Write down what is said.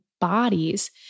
bodies